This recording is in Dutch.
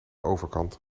overkant